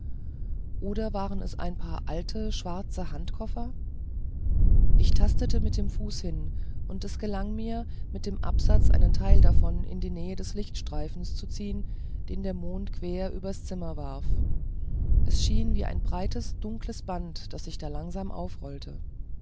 oder waren es ein paar alte schwarze handkoffer ich tastete mit dem fuß hin und es gelang mir mit dem absatz einen teil davon in die nähe des lichtstreifens zu ziehen den der mond quer übers zimmer warf es schien wie ein breites dunkles band das sich da langsam aufrollte